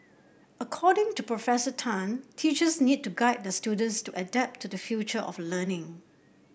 according to Professor Tan teachers need to guide their students to adapt to the future of learning